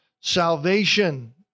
salvation